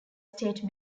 state